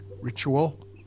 ritual